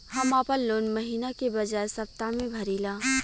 हम आपन लोन महिना के बजाय सप्ताह में भरीला